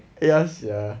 ya sia